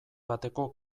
bateko